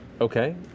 Okay